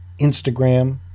Instagram